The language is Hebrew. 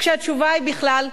כשהתשובה היא בכלל כחול.